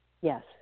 Yes